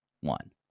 one